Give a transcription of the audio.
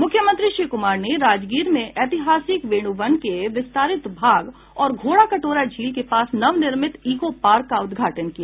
मुख्यमंत्री श्री कुमार ने राजगीर में ऐतिहासिक वेणुवन के विस्तारित भाग और घोड़ाकटोरा झील के पास नव निर्मित इको पार्क का उद्घाटन किया